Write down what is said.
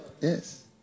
Yes